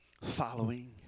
following